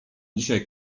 dzisiaj